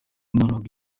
ntabwo